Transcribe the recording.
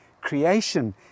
creation